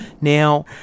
Now